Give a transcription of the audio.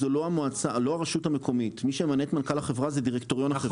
זה לא הרשות המקומית אלא זה דירקטוריון החברה.